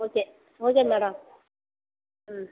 okay okay madam ம்